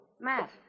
Matt